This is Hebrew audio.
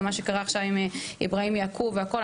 גם מה שקרה עכשיו עם איברהים יעקוב והכל.